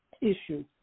issue